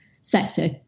sector